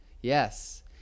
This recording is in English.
Yes